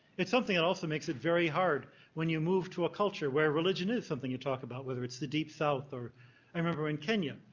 it's something and else that makes it very hard when you move to a culture where religion is something you talk about, whether it's the deep south or i remember in kenya,